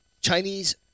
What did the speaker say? Chinese